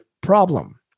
problem